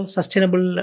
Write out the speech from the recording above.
Sustainable